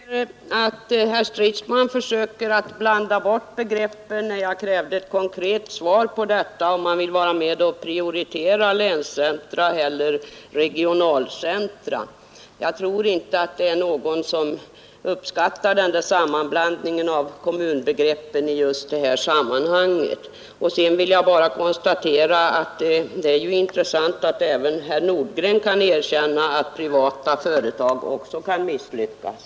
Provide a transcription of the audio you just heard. Herr talman! Jag märker att herr Stridsman försöker blanda bort begreppen när jag kräver ett konkret svar på frågan om han vill vara med och prioritera länscentra eller regionalcentra. Jag tror inte att någon i detta sammanhang uppskattar denna sammanblandning av kommunbegreppen. Sedan vill jag bara konstatera att det är intressant att höra att även herr Nordgren kan erkänna att också privata företag kan misslyckas.